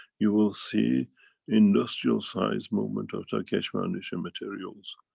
you will see industrial-sized movement of the keshe foundation materials